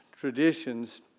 traditions